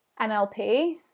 NLP